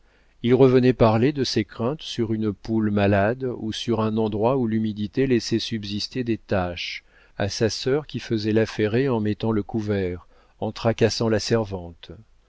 il revenait parler de ses craintes sur une poule malade ou sur un endroit où l'humidité laissait subsister des taches à sa sœur qui faisait l'affairée en mettant le couvert en tracassant la servante